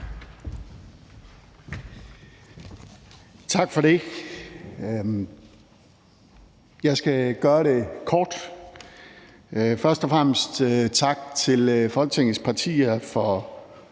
Tak for det. Jeg skal gøre det kort. Først og fremmest tak til Folketingets partier for